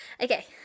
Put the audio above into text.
Okay